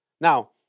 Now